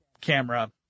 camera